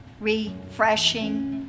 refreshing